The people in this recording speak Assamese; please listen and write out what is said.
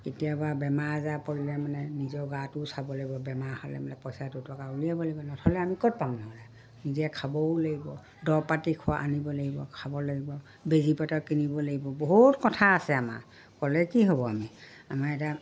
কেতিয়াবা বেমাৰ আজাৰ পৰিলে মানে নিজৰ গাটোও চাব লাগিব বেমাৰ হ'লে মানে পইচাটো দুটকা উলিয়াব লাগিব নহ'লে আমি ক'ত পাওঁ নহ'লে নিজে খাবও লাগিব দৰব পাতি খোৱা আনিব লাগিব খাব লাগিব বেজী কিনিব লাগিব বহুত কথা আছে আমাৰ ক'লে কি হ'ব আমি আমাৰ এতিয়া